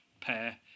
pair